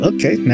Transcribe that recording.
Okay